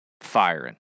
firing